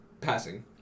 passing